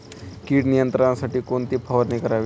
कीड नियंत्रणासाठी कोणती फवारणी करावी?